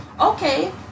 okay